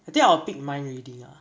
I think I will pick mind reading ah